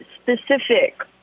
specific